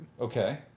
Okay